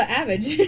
average